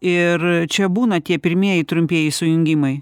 ir čia būna tie pirmieji trumpieji sujungimai